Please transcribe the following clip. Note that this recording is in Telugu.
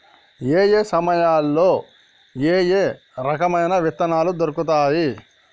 ఏయే సమయాల్లో ఏయే రకమైన విత్తనాలు దొరుకుతాయి?